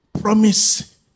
Promise